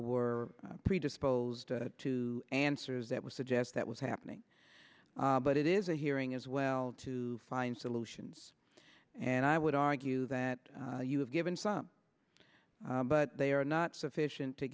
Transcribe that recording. were predisposed to answers that would suggest that was happening but it is a hearing as well to find solutions and i would argue that you have given some but they are not sufficient to